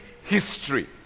history